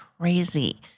crazy